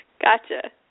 Gotcha